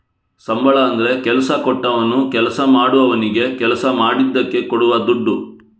ಸಂಬಳ ಅಂದ್ರೆ ಕೆಲಸ ಕೊಟ್ಟವನು ಕೆಲಸ ಮಾಡುವವನಿಗೆ ಕೆಲಸ ಮಾಡಿದ್ದಕ್ಕೆ ಕೊಡುವ ದುಡ್ಡು